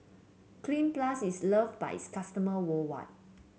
Cleanz Plus is loved by its customer worldwide